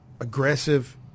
aggressive